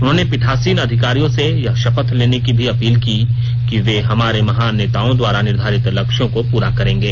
उन्होंने पीठासीन अधिकारियों से यह शपथ लेने की भी अपील की कि वे हमारे महान नेताओं द्वारा निर्धारित लक्ष्यों को पूरा करेंगे